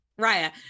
raya